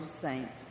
saints